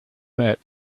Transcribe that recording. that